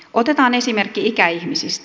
otetaan esimerkki ikäihmisistä